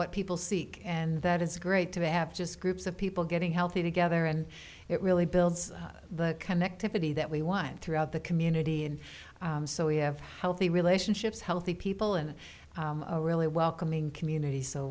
what people seek and that is great to have just groups of people getting healthy together and it really builds the connectivity that we want throughout the community and so we have healthy relationships healthy people and a really welcoming community so